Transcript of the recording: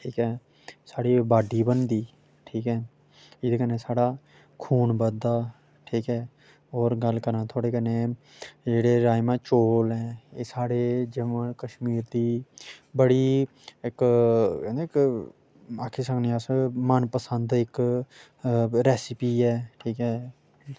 ठीक ऐ साढ़ी बाड्डी बनदी ठीक ऐ एह्दे कन्नै साढ़ा खून बधदा ठीक ऐ होर गल्ल करांऽ थुआढ़े कन्नै जेह्ड़े राजमांह् चौल न एह् साढ़े जम्मू कश्मीर दी बड़ी इक्क इक्क आक्खी सकने अस मनपसंद इक्क रेसिपी ऐ ठीक ऐ